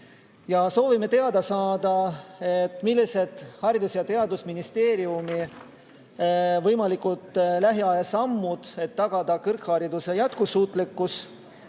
soovime teada saada, millised on Haridus- ja Teadusministeeriumi võimalikud lähiaja sammud, et tagada kõrghariduse jätkusuutlikkus,